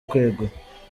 kwegura